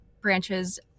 branches